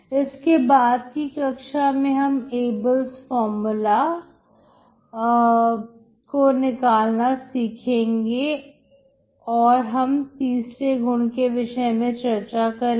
इसके बाद की कक्षा में हम Abel's formula खून निकालना सीखेंगे और हम तीसरे गुण के विषय में चर्चा करेंगे